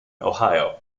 ohio